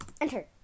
Enter